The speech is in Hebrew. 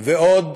ועוד